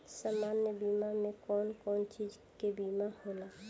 सामान्य बीमा में कवन कवन चीज के बीमा होला?